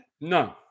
No